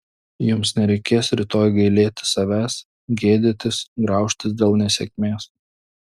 jums nereikės rytoj gailėtis savęs gėdytis graužtis dėl nesėkmės